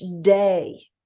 day